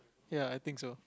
ya I think so